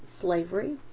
slavery